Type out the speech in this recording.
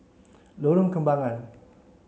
Lorong Kembagan